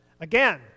Again